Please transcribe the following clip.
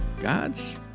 God's